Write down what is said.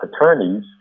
attorneys